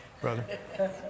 brother